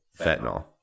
fentanyl